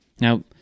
Now